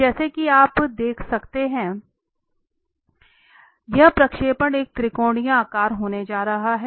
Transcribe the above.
तो जैसा कि आप देख सकते हैं यह प्रक्षेपण एक त्रिकोणीय आकार होने जा रहा है